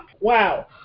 Wow